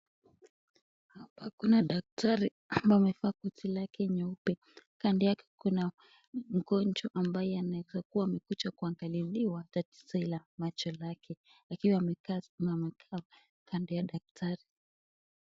Hapa kuna dakteri ambaye amevaa koti lake nyeupe. Kando yake kuna mgonjwa ambaye anaweza kuwa amekuja kuangaliliwa tatizo la macho lake. Akiwa amekaa kando ya daktari.